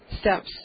steps